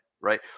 right